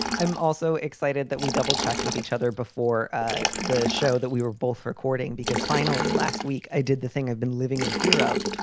i'm also excited that we double checked with each other before ah the show that we were both recording, because finally last week, i did the thing i've been living in fear of,